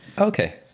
Okay